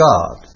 God